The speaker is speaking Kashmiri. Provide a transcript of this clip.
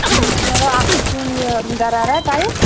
اکھ چھُ سُوُن یہِ گرارہ ٹایپ